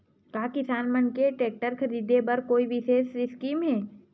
का किसान मन के टेक्टर ख़रीदे बर कोई विशेष स्कीम हे?